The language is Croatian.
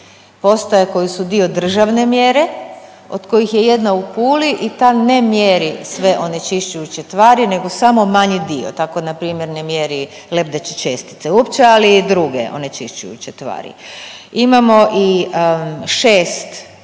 postaje koje su dio državne mjere od kojih je jedna u Puli i ta ne mjeri sve onečišćujuće tvari, nego samo manji dio. Tako na primjer ne mjeri lebdeće čestice uopće, ali i druge onečišćujuće tvari. Imamo i 6